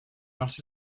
not